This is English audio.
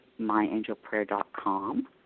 myangelprayer.com